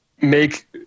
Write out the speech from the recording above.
make